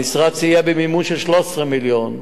המשרד סייע במימון של 13 מיליון.